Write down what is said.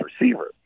receiver